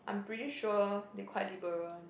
I'm pretty sure they quite liberal one